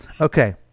Okay